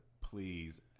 please